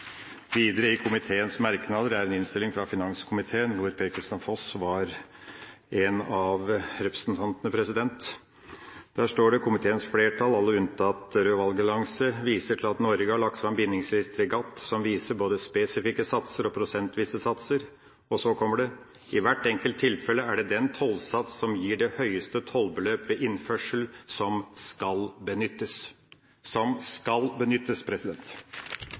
Videre, i komiteens merknader – dette er en innstilling fra finanskomiteen, hvor Per-Kristian Foss var en av representantene – står det: «Komiteens flertall, alle unntatt medlemmet fra Rød Valgallianse, viser til at Norge har lagt fram bindingslister i GATT som viser både spesifikke satser og prosentvise satser.» Og så kommer det: «I hvert enkelt tilfelle er det den tollsats som gir det høyeste tollbeløp ved innførsel som skal benyttes» – som skal benyttes.